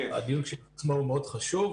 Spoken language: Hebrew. הדיון כשלעצמו מאוד חשוב,